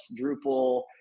Drupal